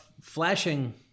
flashing